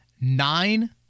Nine